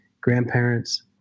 grandparents